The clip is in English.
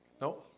No